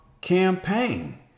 campaign